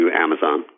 Amazon